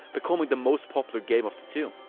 becoming the most popular game of the two.